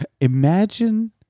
Imagine